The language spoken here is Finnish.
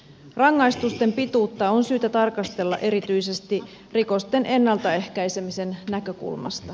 rangaistusten pituutta on syytä tarkastella erityisesti rikosten ennalta ehkäisemisen näkökulmasta